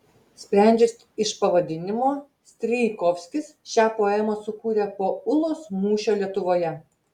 sprendžiant iš pavadinimo strijkovskis šią poemą sukūrė po ulos mūšio lietuvoje